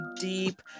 deep